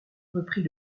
reprit